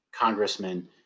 congressman